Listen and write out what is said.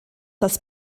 das